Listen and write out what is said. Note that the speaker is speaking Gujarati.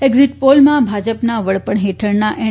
એકઝીટ પોલમાં ભાજપના વડપણ હેઠળના એન